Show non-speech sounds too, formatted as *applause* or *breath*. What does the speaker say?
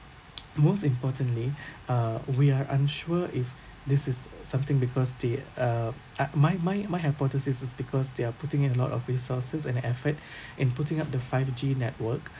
most importantly *breath* uh we are unsure if this is something because the uh ah my my my hypothesis is because they are putting in a lot of resources and effort *breath* in putting up the five G network